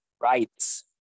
rights